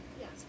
Yes